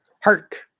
Hark